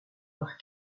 par